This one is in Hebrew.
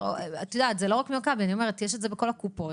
זה לא רק ממכבי, יש את זה בכל הקופות.